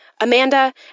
Amanda